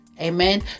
Amen